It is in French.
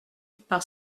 par